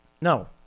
No